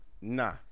Nah